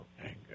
anger